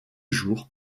jour